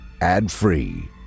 ad-free